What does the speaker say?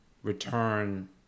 return